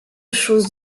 chose